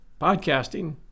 podcasting